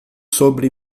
sobre